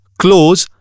close